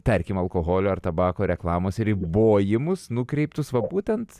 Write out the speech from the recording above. tarkim alkoholio ar tabako reklamos ribojimus nukreiptus va būtent